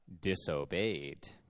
disobeyed